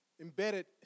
Embedded